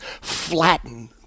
flatten